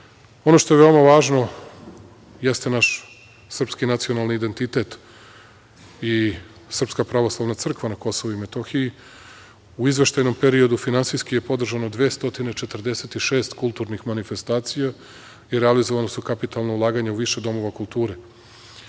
što je veoma važno jeste naš srpski nacionalni identitet i SPC na Kosovu i Metohiji. U izveštajnom periodu finansijski je podržano 246 kulturnih manifestacija i realizovana su kapitalna ulaganja u više domova kulture.